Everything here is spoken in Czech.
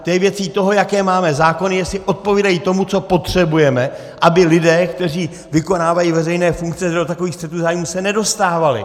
To je věcí toho, jaké máme zákony, jestli odpovídají tomu, co potřebujeme, aby lidé, kteří vykonávají veřejné funkce, se do takových střetů zájmů nedostávali.